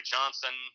Johnson